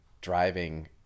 driving